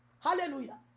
Hallelujah